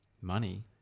money